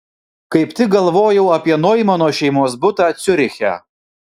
kaip tik galvojau apie noimano šeimos butą ciuriche